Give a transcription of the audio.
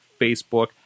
Facebook